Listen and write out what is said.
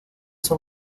son